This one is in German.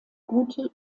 gute